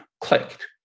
clicked